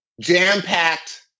jam-packed